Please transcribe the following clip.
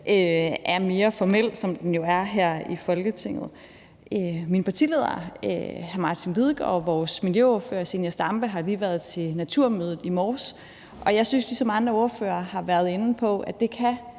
er mere formel, som den jo er her i Folketinget. Min partileder, hr. Martin Lidegaard, og vores miljøordfører, fru Zenia Stampe, har lige været til Naturmødet, og jeg synes, ligesom andre ordførere har været inde på, at det